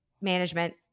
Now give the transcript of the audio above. management